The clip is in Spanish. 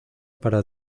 para